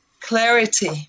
clarity